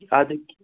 اَدٕ